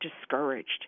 discouraged